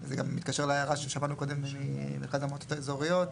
זה גם מתקשר להערה ששמענו קודם מאחת המועצות האזוריות,